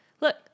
look